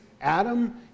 Adam